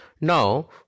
Now